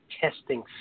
testing